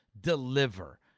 deliver